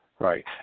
Right